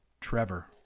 Trevor